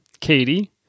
Katie